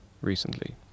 recently